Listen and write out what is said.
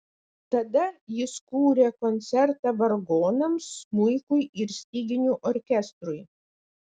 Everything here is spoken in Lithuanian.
tada jis kūrė koncertą vargonams smuikui ir styginių orkestrui